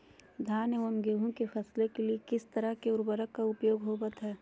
धान एवं गेहूं के फसलों के लिए किस किस तरह के उर्वरक का उपयोग होवत है?